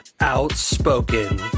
Outspoken